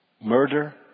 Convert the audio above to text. Murder